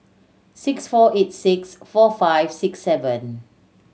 six four eight six four five six seven